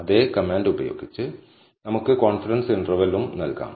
അതേ കമാൻഡ് ഉപയോഗിച്ച് നമുക്ക്കോൺഫിഡൻസ് ഇന്റെർവെൽലും നൽകാം